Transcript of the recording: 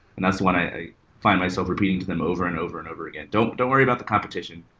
and that's one i find myself repeating to them over and over and over again, don't don't worry about the competition.